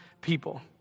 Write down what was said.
people